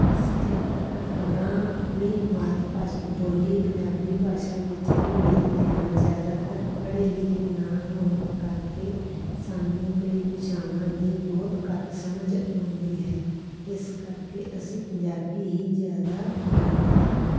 ਅਸੀਂ ਜ਼ਿਆਦਾਤਰ ਖ਼ਬਰਾਂ ਆਪਣੀ ਮਾਤ ਭਾਸ਼ ਬੋਲੀ ਪੰਜਾਬੀ ਭਾਸ਼ਾ ਵਿੱਚ ਹੀ ਵੇਖਦੇ ਹਾਂ ਜ਼ਿਆਦਾਤਰ ਪੜ੍ਹੇ ਲਿਖੇ ਨਾ ਹੋਣ ਕਰਕੇ ਸਾਨੂੰ ਕਈ ਭਾਸ਼ਾਵਾਂ ਦੀ ਬਹੁਤ ਘੱਟ ਸਮਝ ਆਉਂਦੀ ਹੈ ਇਸ ਕਰਕੇ ਅਸੀਂ ਪੰਜਾਬੀ ਹੀ ਜ਼ਿਆਦਾ ਬੋਲਦੇ ਹਾਂ